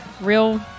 real